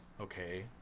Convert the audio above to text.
okay